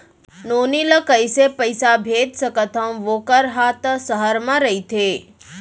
नोनी ल कइसे पइसा भेज सकथव वोकर हा त सहर म रइथे?